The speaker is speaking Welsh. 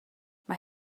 mae